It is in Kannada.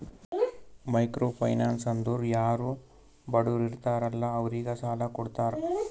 ಮೈಕ್ರೋ ಫೈನಾನ್ಸ್ ಅಂದುರ್ ಯಾರು ಬಡುರ್ ಇರ್ತಾರ ಅಲ್ಲಾ ಅವ್ರಿಗ ಸಾಲ ಕೊಡ್ತಾರ್